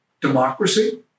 democracy